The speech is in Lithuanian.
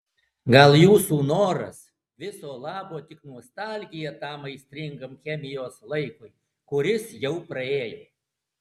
gal jūsų noras viso labo tik nostalgija tam aistringam chemijos laikui kuris jau praėjo